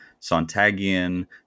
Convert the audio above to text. sontagian